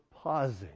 pausing